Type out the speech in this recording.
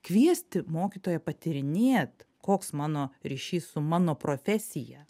kviesti mokytoją patyrinėt koks mano ryšys su mano profesija